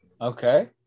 Okay